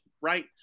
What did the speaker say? right